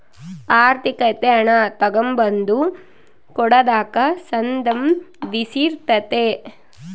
ಆರ್ಥಿಕತೆ ಹಣ ತಗಂಬದು ಕೊಡದಕ್ಕ ಸಂದಂಧಿಸಿರ್ತಾತೆ